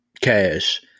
cash